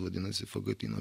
vadinasi fagotyno